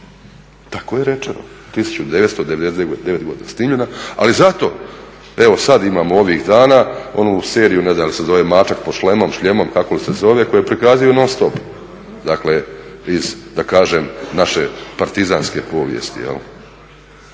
Tako je rečeno, 1999.godine snimljena. Ali zato evo sad imamo ovih dana onu seriju ne znam da li se zove Mačak pod šljemom, kako li se zove, koju prikazuju non stop. Dakle, iz da kažem naše partizanske povijesti.